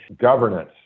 Governance